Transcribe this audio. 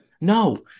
No